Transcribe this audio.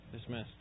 dismissed